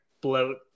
bloat